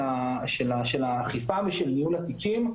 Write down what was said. של האכיפה ושל ניהול התיקים,